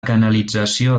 canalització